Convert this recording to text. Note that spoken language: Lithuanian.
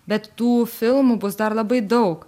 bet tų filmų bus dar labai daug